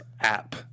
app